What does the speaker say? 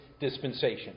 dispensation